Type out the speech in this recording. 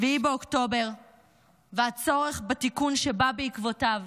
7 באוקטובר והצורך בתיקון שבא בעקבותיו